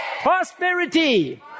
Prosperity